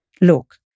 look